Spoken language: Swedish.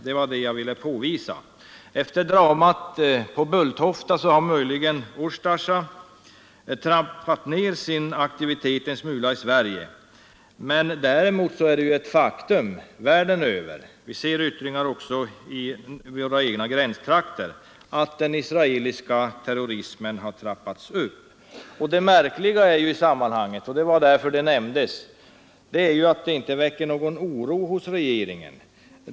Det var detta jag ville påvisa. Efter dramat på Bulltofta har möjligen Ustasja trappat ner sin aktivitet i Sverige en smula. Däremot är det ett faktum — och vi ser yttringar av detta också vid våra egna gränstrakter — att den israeliska terrorismen har trappats upp världen över. Det märkliga i detta sammanhang är — det var därför det nämndes — att detta inte väcker någon oro hos regeringen.